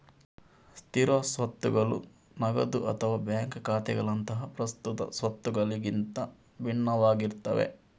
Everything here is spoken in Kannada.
ಸ್ಥಿರ ಸ್ವತ್ತುಗಳು ನಗದು ಅಥವಾ ಬ್ಯಾಂಕ್ ಖಾತೆಗಳಂತಹ ಪ್ರಸ್ತುತ ಸ್ವತ್ತುಗಳಿಗಿಂತ ಭಿನ್ನವಾಗಿರ್ತವೆ